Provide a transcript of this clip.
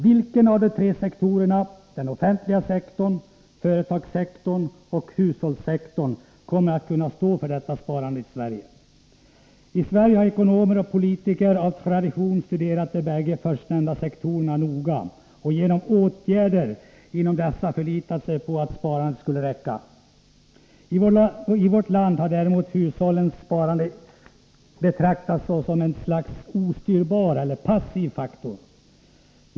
Vilken av de tre sektorerna — den offentliga sektorn, företagssektorn och hushållssektorn —- kommer att kunna stå för detta sparande i Sverige? Ekonomer och politiker i Sverige har av tradition studerat de bägge förstnämnda sektorerna noga, och de har förlitat sig på att sparandet genom | åtgärder inom dessa skulle räcka. Hushållens sparande har däremot betraktats såsom ett slags ostyrbar eller passiv faktor.